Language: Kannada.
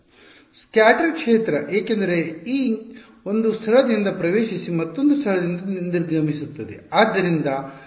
ಸ್ಕ್ಯಾಟರ್ ಕ್ಷೇತ್ರ ಏಕೆಂದರೆ Einc ಒಂದು ಸ್ಥಳದಿಂದ ಪ್ರವೇಶಿಸಿ ಮತ್ತೊಂದು ಸ್ಥಳದಿಂದ ನಿರ್ಗಮಿಸುತ್ತದೆ